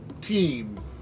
team